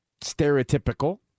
stereotypical